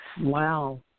Wow